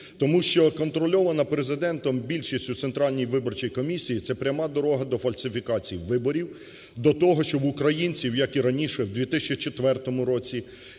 тому що контрольована Президентом більшість у Центральній виборчій комісії – це пряма дорога до фальсифікацій виборів, до того, що в українців, як і раніше, в 2004 році